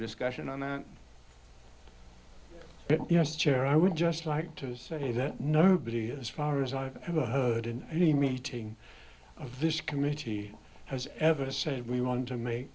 discussion on that chair i would just like to say that nobody as far as i've ever heard in any meeting of this committee has ever said we want to ma